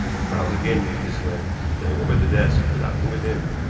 and quarles again used his lens, going over the desk without and within.